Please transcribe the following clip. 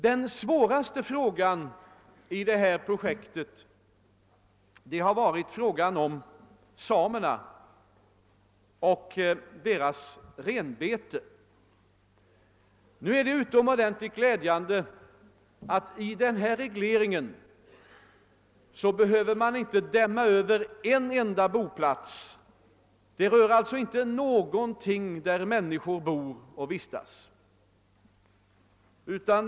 Den svåraste frågan i detta projekt har gällt samerna och deras renbete. Det är utomordentligt glädjande att denna reglering inte behöver dämma över en enda boplats. Den berör alltså inte någonting där människor bor och vistas.